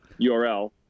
URL